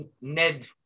Ned